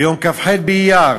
ביום כ"ח באייר